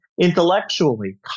Intellectually